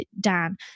Dan